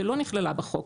ולא נכללה בחוק.